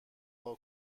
میان